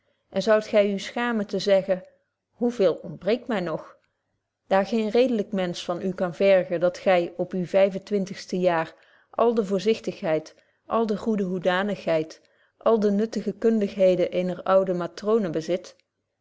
en zoudt gy u schaamen te zeggen hoe veel ontbreekt my nog daar geen redelyk mensch van u kan vergen dat gy op uw vyfentwintigste jaar alle de voorzigtigheid alle de goede hoedanigheid alle de nuttige kundigheden eener oude matroone bezit